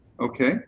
Okay